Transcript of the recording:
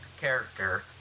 character